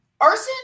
arson